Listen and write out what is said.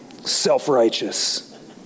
self-righteous